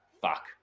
fuck